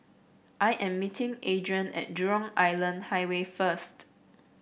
I am meeting Adrianne at Jurong Island Highway first